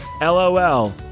lol